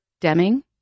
Deming